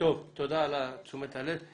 תודה על תשומת הלב.